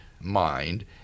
mind